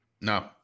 no